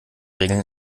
regeln